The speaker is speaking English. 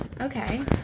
Okay